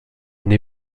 une